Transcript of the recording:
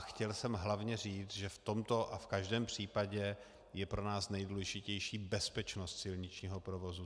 Chtěl jsem hlavně říct, že v tomto a v každém případě je pro nás nejdůležitější bezpečnost silničního provozu.